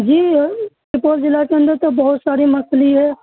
جی سپول ضلع کے اندر تو بہت ساری مچھلی ہے